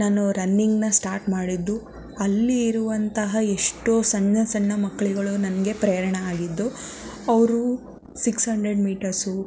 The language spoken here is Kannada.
ನಾನು ರನ್ನಿಂಗ್ನ ಸ್ಟಾಟ್ ಮಾಡಿದ್ದು ಅಲ್ಲಿ ಇರುವಂತಹ ಎಷ್ಟೋ ಸಣ್ಣ ಸಣ್ಮ ಮಕ್ಕಳುಗಳು ನನಗೆ ಪ್ರೇರಣ ಆಗಿದ್ದು ಅವರು ಸಿಕ್ಸ್ ಹಂಡ್ರೆಡ್ ಮೀಟರ್ಸು